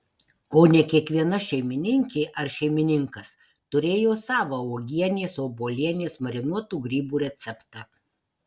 kone kiekviena šeimininkė ar šeimininkas turėjo savą uogienės obuolienės marinuotų grybų receptą